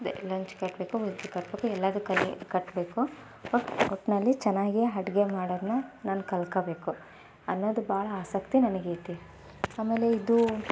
ಅದೇ ಲಂಚ್ ಕಟ್ಟಬೇಕು ಬುತ್ತಿ ಕಟ್ಟಬೇಕು ಎಲ್ಲದೂ ಕಲಿ ಕಟ್ಟಬೇಕು ಒಟ್ಟು ಒಟ್ಟಿನಲ್ಲಿ ಚೆನ್ನಾಗಿ ಅಡ್ಗೆ ಮಾಡೋದನ್ನ ನಾನು ಕಲ್ತ್ಕಬೇಕು ಅನ್ನೋದು ಭಾಳ ಆಸಕ್ತಿ ನನಗೈತಿ ಆಮೇಲೆ ಇದು